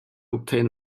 obtain